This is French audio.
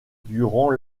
durant